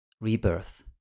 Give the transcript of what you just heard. Rebirth